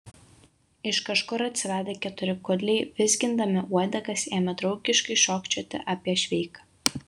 iš kažkur atsiradę keturi kudliai vizgindami uodegas ėmė draugiškai šokčioti apie šveiką